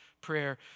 prayer